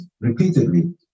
repeatedly